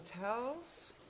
Hotels